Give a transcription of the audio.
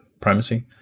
primacy